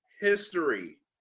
history